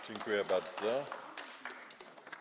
Dziękuję bardzo.